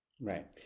right